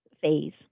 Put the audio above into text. phase